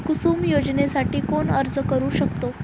कुसुम योजनेसाठी कोण अर्ज करू शकतो?